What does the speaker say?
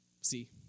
see